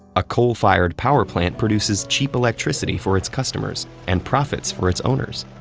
a coal-fired power plant produces cheap electricity for its customers and profits for its owners.